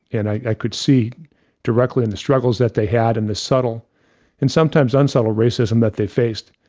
and i could see directly in the struggles that they had and the subtle and sometimes unsubtle racism that they faced,